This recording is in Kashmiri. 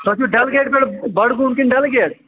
تۄہہِ چھُو ڈَل گیٹہٕ پٮ۪ٹھ بڈٕ گوٗم کِنہٕ ڈَل گیٹ